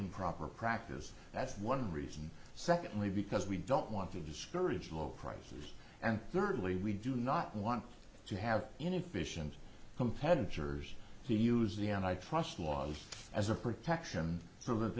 improper practices that's one reason secondly because we don't want to discourage low prices and thirdly we do not want to have inefficient competitors to use the and i trust lawyers as a protection so that